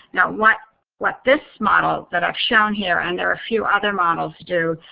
now, what like this model that i've shown here, and there are a few other models do,